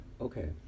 Okay